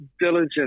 diligent